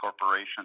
Corporation